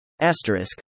Asterisk